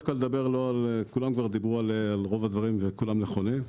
כולם דיברו על רוב הדברים והכול נכון.